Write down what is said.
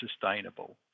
sustainable